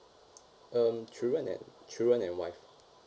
um children and children and wife